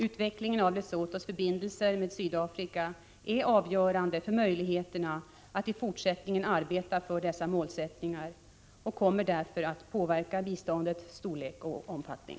Utvecklingen av Lesothos förbindelser med Sydafrika är avgörande för möjligheterna att i fortsättningen arbeta för dessa målsättningar och kommer därför att påverka biståndets storlek och inriktning.